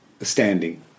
standing